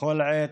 בכל עת,